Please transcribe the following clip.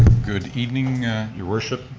good evening your worship,